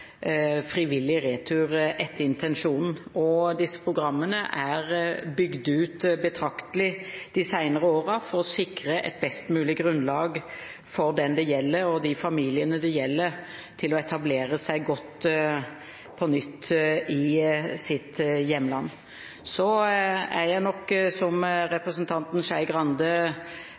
frivillig retur etter intensjonen. Disse programmene er bygd ut betraktelig de senere årene for å sikre et best mulig grunnlag for de personene og de familiene det gjelder, til å etablere seg godt på nytt i sitt hjemland. Så er jeg nok, som representanten Skei Grande